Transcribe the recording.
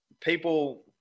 people